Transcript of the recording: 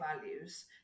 values